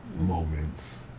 moments